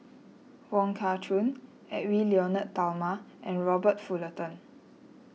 Wong Kah Chun Edwy Lyonet Talma and Robert Fullerton